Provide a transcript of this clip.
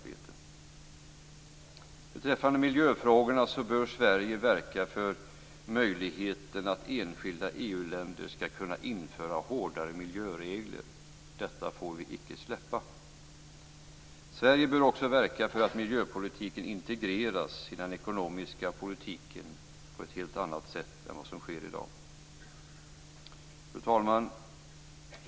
Beträffande miljöfrågorna bör Sverige verka för möjligheten att enskilda EU-länder skall kunna införa hårdare miljöregler. Detta får vi icke släppa. Sverige bör också verka för att miljöpolitiken integreras i den ekonomiska politiken på ett helt annat sätt än vad som sker i dag. Fru talman!